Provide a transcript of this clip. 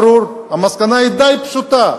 ברור, המסקנה היא די פשוטה: